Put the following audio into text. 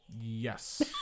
Yes